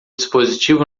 dispositivo